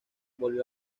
volvió